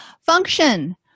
Function